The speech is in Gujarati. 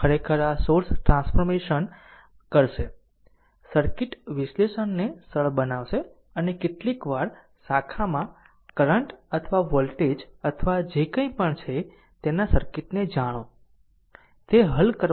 ખરેખર આ સોર્સ ટ્રાન્સફોર્મેશન r કરશે સર્કિટ વિશ્લેષણને સરળ બનાવશે અને કેટલીકવાર શાખામાં કરંટ અથવા વોલ્ટેજ અથવા જે કંઇ પણ છે તેના સર્કિટને જાણો તે હલ કરવાનું સરળ છે